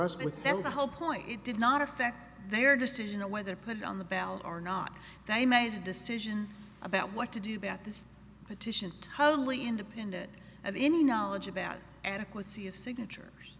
them the whole point he did not affect their decision whether put it on the ballot or not they made a decision about what to do that this petition totally independent of any knowledge about adequacy of signatures